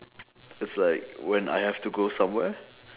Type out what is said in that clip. it's like when I have to go somewhere